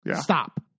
Stop